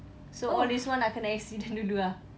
so all these while nak kena accident dulu ah